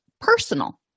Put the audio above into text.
personal